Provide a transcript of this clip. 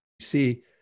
see